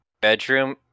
bedroom